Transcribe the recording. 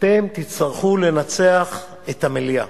אתם תצטרכו לנצח את המליאה.